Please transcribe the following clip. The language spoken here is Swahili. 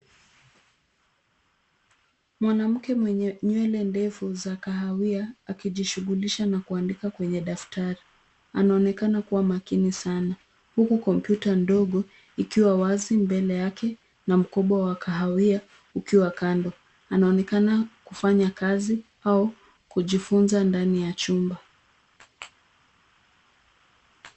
Mwanamke mwenye nywele ndefu za kahawia, akijishughulisha na kuandika kwenye daftari. Anaonekana kuwa makini sana, huku kompyuta ndogo ikiwa wazi mbele yake na mkoba wa kahawia, ukiwa kando. Anaonekana kufanya kazi au kujifunza ndani ya chumba.